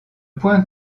point